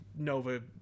Nova